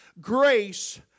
Grace